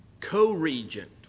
Co-regent